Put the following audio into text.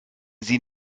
sie